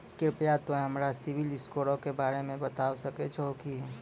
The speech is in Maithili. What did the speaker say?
कृपया तोंय हमरा सिविल स्कोरो के बारे मे बताबै सकै छहो कि?